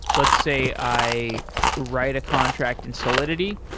let's say i write a contract in solidity.